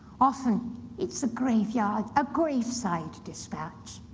often it's a graveyard, a graveside dispatch.